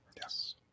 Yes